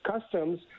customs